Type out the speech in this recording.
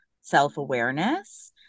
self-awareness